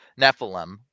nephilim